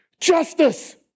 Justice